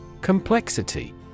Complexity